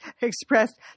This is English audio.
expressed